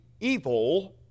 evil